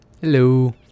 Hello